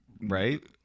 Right